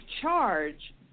charge